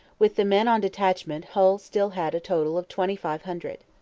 with the men on detachment hull still had a total of twenty-five hundred.